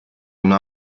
una